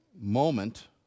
moment